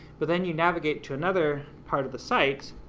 but then you navigate to another part of the site,